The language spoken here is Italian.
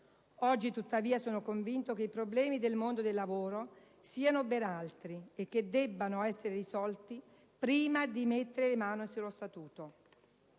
Oggi, tuttavia, sono convinto che i problemi del mondo del lavoro siano ben altri e che debbano essere risolti prima di mettere le mani sullo Statuto.